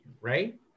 right